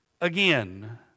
again